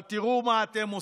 אבל תראו מה אתם עושים,